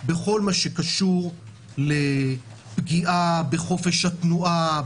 בכל מה שקשור לפגיעה בחופש התנועה,